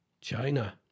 China